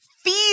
feel